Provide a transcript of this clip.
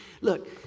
Look